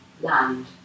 land